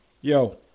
Yo